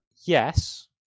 Yes